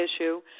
issue